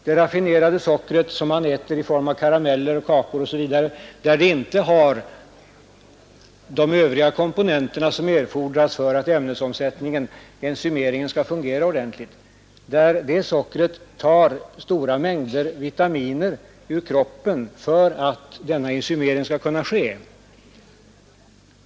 Det raffinerade sockret som man äter i form av karameller, kakor osv., där det inte har de övriga komponenter som erfordras för att ämnesomsättningen — enzymeringen — skall fungera ordentligt, tar erforderliga mängder vitaminer ur kroppen för att denna enzymering skall kunna ske.